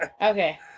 Okay